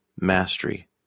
mastery